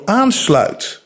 aansluit